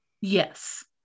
Yes